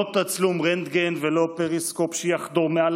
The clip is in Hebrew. לא תצלום רנטגן ולא פריסקופ שיחדור מעל